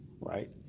right